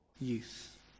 youth